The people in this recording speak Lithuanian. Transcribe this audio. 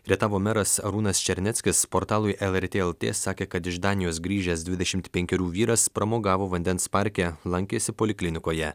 rietavo meras arūnas černeckis portalui lrt lt sakė kad iš danijos grįžęs dvidešimt penkerių vyras pramogavo vandens parke lankėsi poliklinikoje